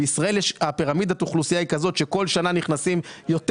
בישראל פירמידת האוכלוסייה היא כזאת שכל שנה נכנסים יותר